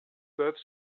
peuvent